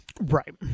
right